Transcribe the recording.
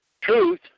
truth